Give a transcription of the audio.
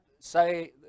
say